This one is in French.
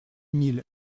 mille